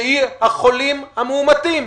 שהיא החולים המאומתים.